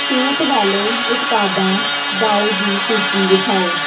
ਛੂਟ ਵਾਲੇ ਉਤਪਾਦਾਂ ਦਾਉ ਦੀ ਸੂਚੀ ਵਿਖਾਉ